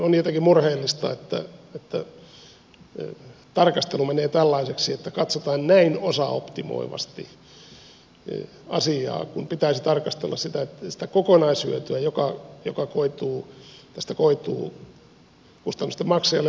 on jotenkin murheellista että tarkastelu menee tällaiseksi että katsotaan näin osaoptimoivasti asiaa kun pitäisi tarkastella sitä kokonaishyötyä joka tästä koituu kustannusten maksajalle tässä tapauksessa valtiolle